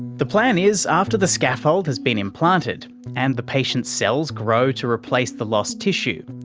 the plan is after the scaffold has been implanted and the patient's cells grow to replace the lost tissue,